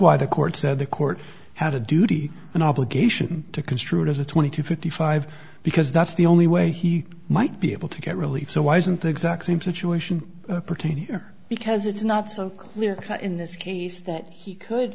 why the court said the court had a duty and obligation to construe it as a twenty to fifty five because that's the only way he might be able to get relief so why isn't the exact same situation pertaining there because it's not so clear in this case that he could